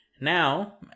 Now